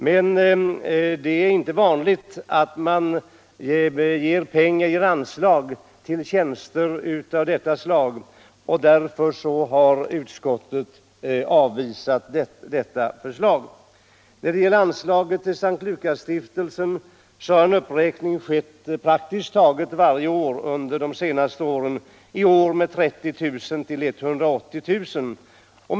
Men det är inte vanligt att man ger anslag till sådana tjänster och därför har utskottet avvisat förslaget. När det gäller anslaget till S:t Lukasstiftelsen har en uppräkning skett praktiskt taget varje år under de senaste åren —- i år med 30 000 kr. till 180 000 kr.